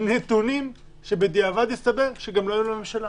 עם נתונים שבדיעבד הסתבר שגם לא היו לממשלה.